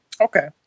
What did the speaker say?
Okay